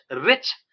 rich